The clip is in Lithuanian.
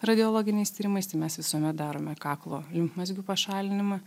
radiologiniais tyrimais tai mes visuomet darome kaklo limfmazgių pašalinimą